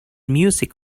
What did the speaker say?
music